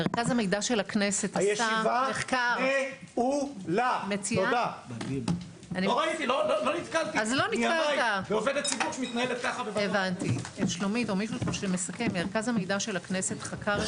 הישיבה ננעלה בשעה 12:35.